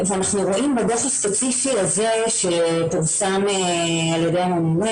אנחנו רואים בדו"ח הספציפי הזה שפורסם על ידי הממונה